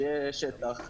שיהיה שטח,